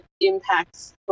impacts